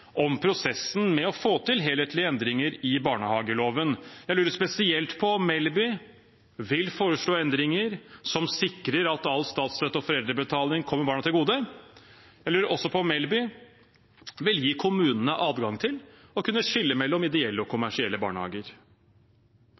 om prosessen med å få til helhetlige endringer i barnehageloven. Jeg lurer spesielt på om Melby vil foreslå endringer som sikrer at all statsstøtte og foreldrebetaling kommer barna til gode. Jeg lurer også på om Melby vil gi kommunene adgang til å kunne skille mellom ideelle og kommersielle barnehager.